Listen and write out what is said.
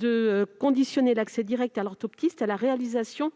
à conditionner l'accès direct aux orthoptistes à la réalisation